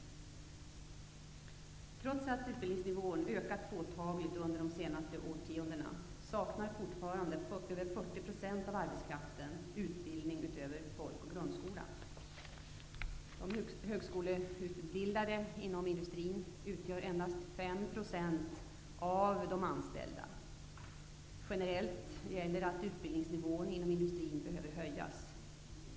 Trots att utbildningsnivån ökat påtagligt under de senaste årtiondena saknar fortfarande över 40 % av arbetskraften utbildning utöver folk eller grundskola. De högskoleutbildade inom industrin utgör endast ca 5 % av de anställda. Generellt gäller att utbildningsnivån inom industrin behöver höjas.